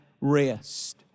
rest